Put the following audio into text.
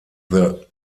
the